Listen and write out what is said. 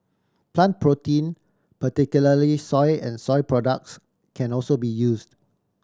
plan protein particularly soy and soy products can also be used